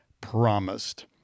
promised